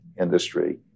industry